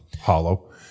hollow